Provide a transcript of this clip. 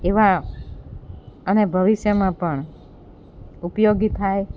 એવા અને ભવિષ્યમાં પણ ઉપયોગી થાય